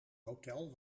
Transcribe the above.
hotel